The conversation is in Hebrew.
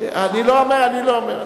אני לא אומר.